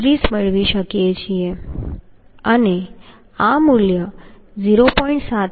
133 મેળવી શકીએ છીએ અને આ મૂલ્ય 0